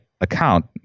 account